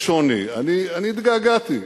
יש שוני, אני התגעגעתי.